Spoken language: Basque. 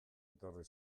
etorri